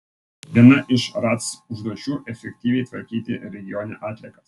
viena iš ratc užduočių efektyviai tvarkyti regione atliekas